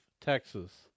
Texas